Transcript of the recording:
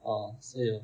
oh so